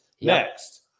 Next